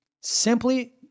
simply